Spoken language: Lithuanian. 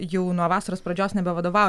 jau nuo vasaros pradžios nebevadovauju